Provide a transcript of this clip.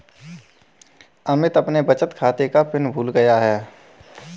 अमित अपने बचत खाते का पिन भूल गया है